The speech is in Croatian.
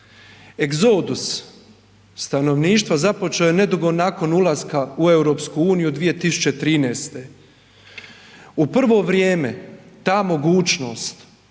Egzodus stanovništva započeo je nedugo nakon ulaska u EU 2013. U prvo vrijeme ta mogućnost